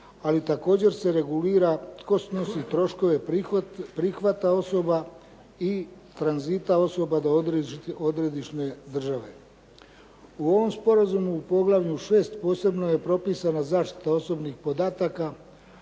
ali također se regulira tko snosi troškove prihvata osoba i tranzita osoba do odredišne države. U ovom sporazumu u poglavlju 6. posebno je propisana zaštita osobnih podataka,